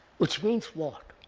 which means what?